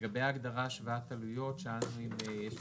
לגברי ההגדרה של השוואת עלויות, שאלנו אם יש